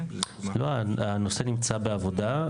לא, הנושא נמצא בעבודה.